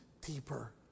deeper